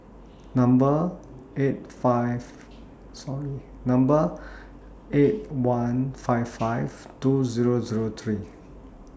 Number eight five sorry Number eight one five five two Zero Zero three